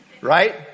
right